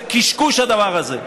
זה קשקוש, הדבר הזה.